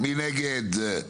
4 נגד,